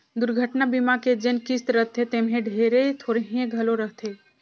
दुरघटना बीमा के जेन किस्त रथे तेम्हे ढेरे थोरहें घलो रहथे